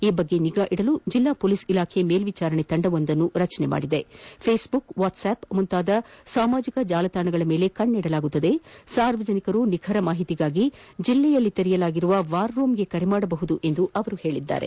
ಈ ಬಗ್ಗೆ ನಿಗಾ ಇಡಲು ಜಿಲ್ಲಾ ಮೊಲೀಸ್ ಇಲಾಖೆ ಮೇಲ್ವಿಜಾರಣಾ ತಂಡವೊಂದನ್ನು ರಚಿಸಿದ್ದು ಫೇಸ್ಬುಕ್ ವಾಟ್ಲಾಪ್ ಮುಂತಾದ ಸಾಮಾಜಕ ಜಾಲತಾಣಗಳ ಮೇಲೆ ಕಣ್ಣಿಡಲಾಗುವುದು ಸಾರ್ವಜನಿಕರು ನಿಖರಮಾಹಿತಿಗಾಗಿ ಜಿಲ್ಲೆಯಲ್ಲಿ ಸ್ವಾಪಿಸಲಾಗಿರುವ ವಾರ್ ರೂಂಗೆ ಕರೆ ಮಾಡಬಹುದು ಎಂದು ಅವರು ತಿಳಿಸಿದ್ದಾರೆ